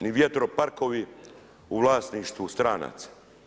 Ni vjetro parkovi u vlasništvu stranaca.